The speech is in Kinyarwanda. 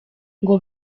ngo